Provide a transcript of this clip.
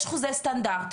יש חוזה סטנדרטי,